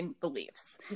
beliefs